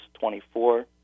24